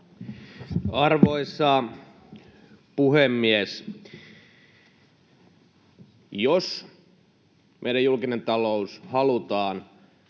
Arvoisa puhemies! Jos meidän julkinen talous halutaan